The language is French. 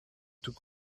tous